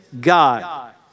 God